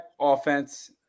offense